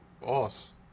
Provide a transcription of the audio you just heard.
Boss